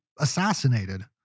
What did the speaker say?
assassinated